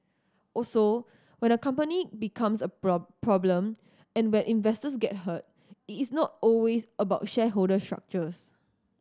also when a company becomes a problem and when investors get hurt it is not always about shareholder structures